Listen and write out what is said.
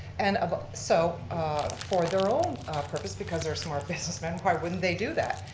and ah so for their own purpose because they're smart business men, why wouldn't they do that?